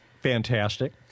Fantastic